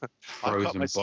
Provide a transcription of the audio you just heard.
Frozen